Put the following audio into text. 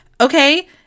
okay